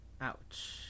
ouch